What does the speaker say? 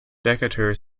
decatur